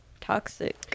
toxic